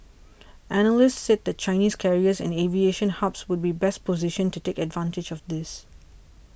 analysts said that Chinese carriers and aviation hubs would be best positioned to take advantage of this